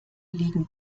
liegen